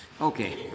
Okay